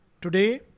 today